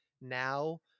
now